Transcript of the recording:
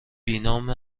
بینام